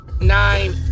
nine